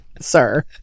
sir